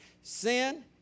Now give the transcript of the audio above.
Sin